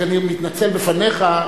אני רק מתנצל בפניך,